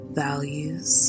values